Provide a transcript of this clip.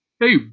Hey